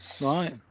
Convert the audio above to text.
Right